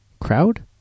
crowd